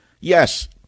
yes